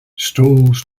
stalls